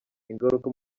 ingaruka